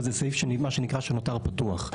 זה סעיף שנותר פתוח.